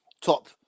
top